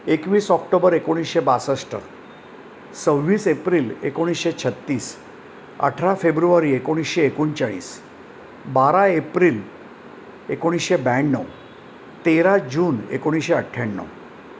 एकवीस ऑक्टोबर एकोणीसशे बासष्ट सव्वीस एप्रिल एकोणीसशे छत्तीस अठरा फेब्रुवारी एकोणीसशे एकोणचाळीस बारा एप्रिल एकोणीसशे ब्याण्णव तेरा जून एकोणीसशे अठ्ठ्याण्णव